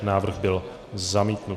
Návrh byl zamítnut.